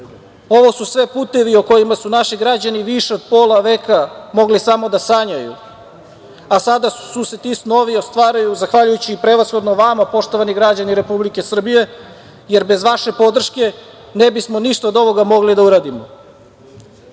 Ovo su sve putevi o kojima su naši građani više od pola veka mogli samo da sanjaju, a sada se ti snovi ostvaruju zahvaljujući prevashodno vama, poštovani građani Republike Srbije, jer bez vaše podrške ne bismo ništa od ovoga mogli da uradimo. Na